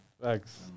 Thanks